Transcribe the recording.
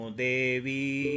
devi